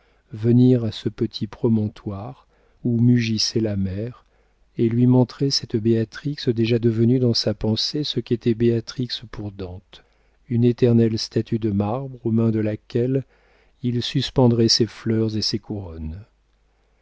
venir à ce petit promontoire où mugissait la mer et lui montrer cette béatrix déjà devenue dans sa pensée ce qu'était béatrix pour dante une éternelle statue de marbre aux mains de laquelle il suspendrait ses fleurs et ses couronnes